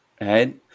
Right